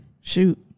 shoot